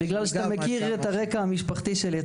בגלל שאתה מכיר את הרקע המשפחתי שלי,